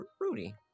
Rudy